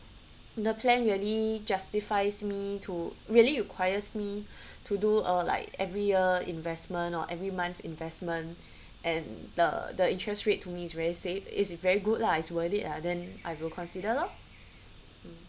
the plan really justifies me to really requires me to do uh like every year investment or every month investment and the the interest rate to me is very safe is very good lah it's worth it lah then I will consider lor